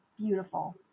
beautiful